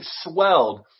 swelled